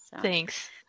Thanks